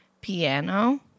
piano